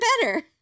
better